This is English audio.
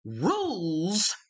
rules